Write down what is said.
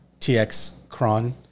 TXCron